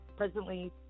presently